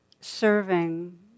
serving